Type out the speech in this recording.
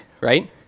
right